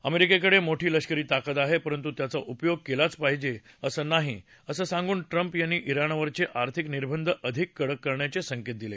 अमेरिकेकडे मोठी लष्करी ताकद आहे परंतू त्याचा उपयोग केलाच पाहिजे असं नाही असं सांगून ट्रम्प यांनी शिवरचे आर्थिक निर्बंध अधिक कडक करण्याचे संकेत दिले